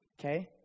Okay